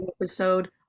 episode